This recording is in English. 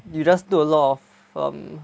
you just do a lot um